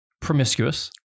promiscuous